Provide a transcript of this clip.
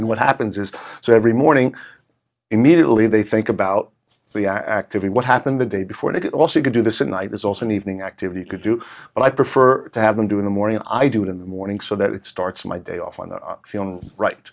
and what happens is so every morning immediately they think about the activity what happened the day before they get also you can do this in night is also an evening activity could do but i prefer to have them do in the morning i do it in the morning so that it starts my day off on the right